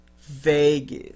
Vegas